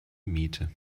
miete